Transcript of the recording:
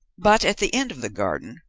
but at the end of the garden,